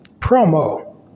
promo